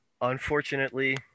Unfortunately